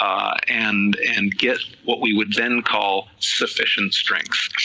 um and and get what we would then call sufficient strength,